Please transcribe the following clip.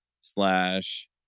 slash